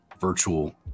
virtual